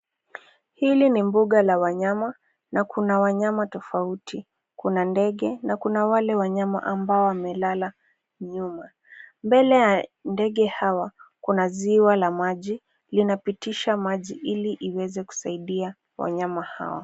Hili ni mbuga la wanyama, na kuna wanyama tofauti. Kuna ndege na kuna wale wanyama ambao wamelala nyuma. Mbele ya ndege hawa, kuna ziwa la maji linapitisha maji ili iweze kuwasaidia wanyama hawa.